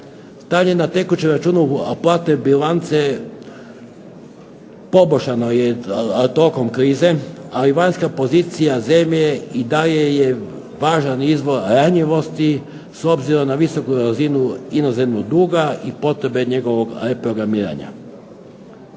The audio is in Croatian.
Stanje na tekućem računu platne bilance poboljšano je tokom krize ali vanjska pozicija zemlje je i dalje važan izvor ranjivosti s obzirom na visoku razinu inozemnog duga i potrebe njegovog reprogramiranja.